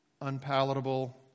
unpalatable